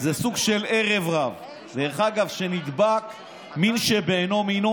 וזה סוג של ערב רב שנדבק מין שבאינו מינו,